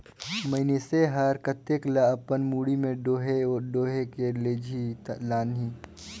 मइनसे हर कतेक ल अपन मुड़ी में डोएह डोएह के लेजही लानही